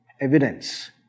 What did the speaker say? Evidence